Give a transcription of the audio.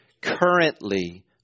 currently